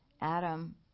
Adam